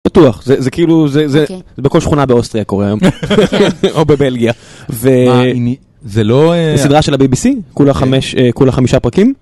בטוח זה זה כאילו זה זה בכל שכונה באוסטריה קוראים או בבלגיה וזה לא סדרה של הבייביסי כל החמש, כולה החמישה פרקים